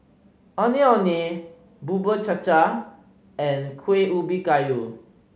Ondeh Ondeh Bubur Cha Cha and Kuih Ubi Kayu